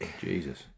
Jesus